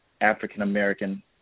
African-American